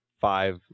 five